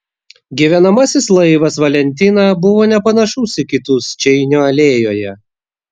gyvenamasis laivas valentina buvo nepanašus į kitus čeinio alėjoje